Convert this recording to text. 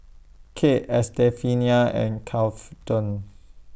Kade Estefania and